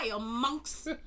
monks